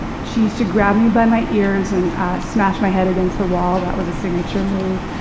and she used to grab me by my ears and smash my head against the wall. that was a signature move.